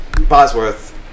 Bosworth